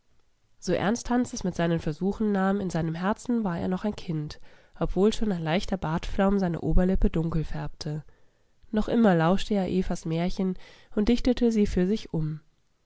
so ernst hans es mit seinen versuchen nahm in seinem herzen war er noch ein kind obwohl schon ein leichter bartflaum seine oberlippe dunkel färbte noch immer lauschte er evas märchen und dichtete sie für sich um